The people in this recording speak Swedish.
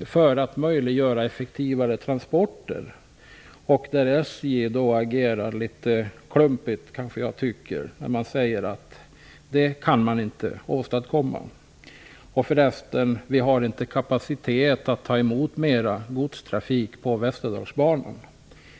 för att möjliggöra effektivare transporter. Här tycker jag nog att SJ agerar litet klumpigt när man säger att man inte kan åstadkomma detta och att man inte har kapacitet att ta emot mer godstrafik på Västerdalsbanan.